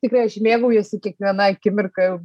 tikrai aš mėgaujuosi kiekviena akimirka jau